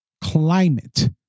climate